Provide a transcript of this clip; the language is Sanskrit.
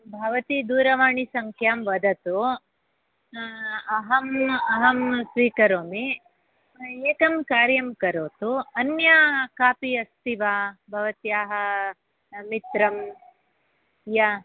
भवती दूरवाणीसङ्ख्यां वदतु अहम् अहं स्वीकरोमि एकं कार्यं करोतु अन्या कापि अस्ति वा भवत्याः मित्रं या